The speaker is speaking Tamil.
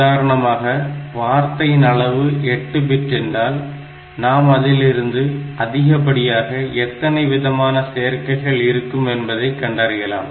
உதாரணமாக வார்த்தையின் அளவு 8 பிட் என்றால் நாம் அதிலிருந்து அதிகப்படியாக எத்தனை விதமான சேர்க்கைகள் இருக்கும் என்பதை கண்டறியலாம்